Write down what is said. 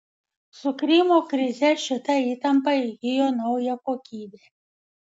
su krymo krize šita įtampa įgijo naują kokybę